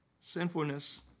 Sinfulness